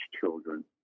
Children